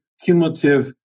cumulative